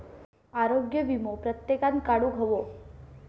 आरोग्य वीमो प्रत्येकान काढुक हवो